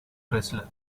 wrestler